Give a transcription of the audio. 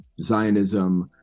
Zionism